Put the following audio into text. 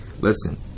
Listen